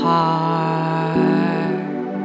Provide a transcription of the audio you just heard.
heart